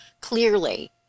clearly